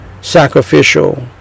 sacrificial